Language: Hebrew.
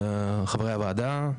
חברי הוועדה,